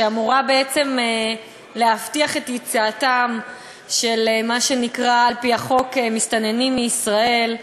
שאמורה בעצם להבטיח את יציאתם של מה שנקרא על-פי החוק מסתננים מישראל,